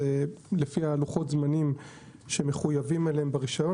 לפי לוחות הזמנים שמחויבים אליהם ברישיון